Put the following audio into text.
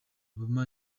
obama